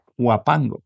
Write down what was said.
Huapango